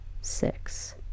six